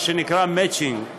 מה שנקרא מצ'ינג,